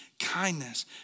Kindness